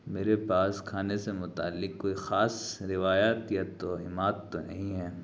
میرے پاس کھانے سے متعلق کوئی خاص روایات یا توہمات تو نہیں ہیں